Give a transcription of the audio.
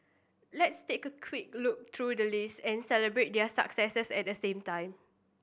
let's take a quick look through the list and celebrate their successes at the same time